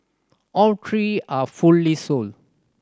all three are fully sold